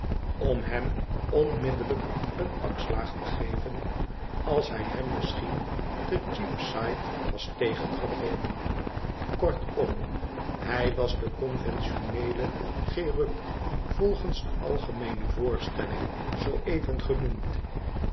om bem onmiddellijk een pak slaag te geven als hij hem misschien te cheapside was tegengekomen kortom hij was de conventioneele cherub volgens de algemeene voorstelling zoo even genoemd